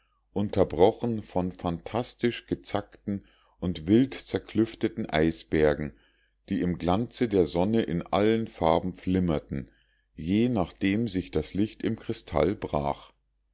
unterbrochen von phantastisch gezackten und wildzerklüfteten eisbergen die im glanze der sonne in allen farben flimmerten je nachdem sich das licht im kristall brach